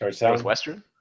Northwestern